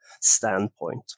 standpoint